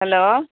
hello